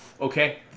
Okay